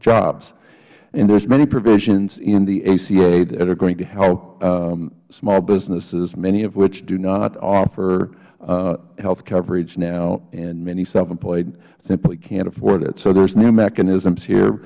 jobs and there are many provisions in the aca that are going to help small businesses many of which do not offer health coverage now and many self employed simply can't afford it so there are new mechanisms here